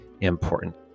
important